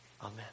Amen